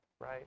right